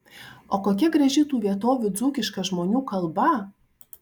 o kokia graži tų vietovių dzūkiška žmonių kalba